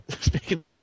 speaking